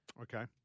Okay